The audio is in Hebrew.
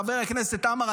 חבר הכנסת עמאר,